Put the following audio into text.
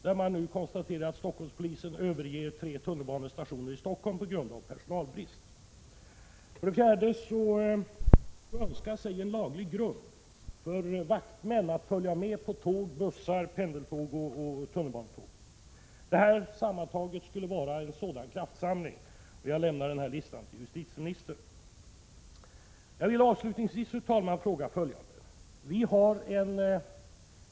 Där konstateras att Stockholmspolisen nu överger tre tunnelbanestationer på grund av personalbrist. För det fjärde skulle man önska sig en laglig grund för vaktmän att följa med på tåg, bussar, pendeltåg och tunnelbanetåg. Detta sammantaget skulle vara en kraftsamling, och jag överlämnar listan till justitieministern. Avslutningsvis vill jag, fru talman, ställa en fråga.